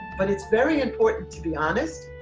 but it's very important to be honest